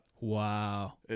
Wow